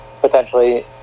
potentially